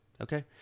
okay